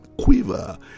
quiver